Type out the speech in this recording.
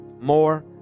more